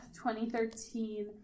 2013